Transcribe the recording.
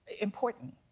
important